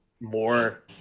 more